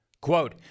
Quote